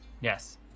Yes